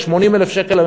ל-80,000 שקל,